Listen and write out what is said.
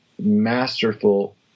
masterful